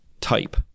type